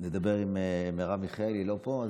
נדבר עם מרב מיכאלי, היא לא פה.